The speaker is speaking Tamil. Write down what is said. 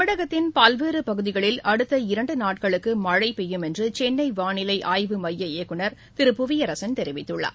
தமிழகத்தின் பல்வேறு பகுதிகளில் அடுத்த இரண்டு நாட்களுக்கு மழை பெய்யும் என்று சென்னை வானிலை ஆய்வு மையத்தின் இயக்குனர் புவியரசன் தெரிவித்துள்ளார்